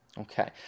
Okay